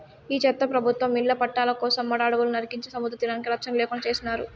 ఈ చెత్త ప్రభుత్వం ఇళ్ల పట్టాల కోసం మడ అడవులు నరికించే సముద్రతీరానికి రచ్చన లేకుండా చేసినారు